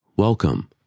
Welcome